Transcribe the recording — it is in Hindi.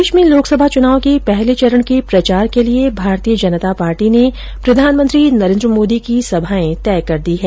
प्रदेश में लोकसभा चुनाव के पहले चरण के प्रचार के लिये भारतीय जनता पार्टी ने प्रधानमंत्री नरेन्द्र मोदी की सभाएं तय कर दी है